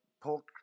pork